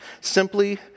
simply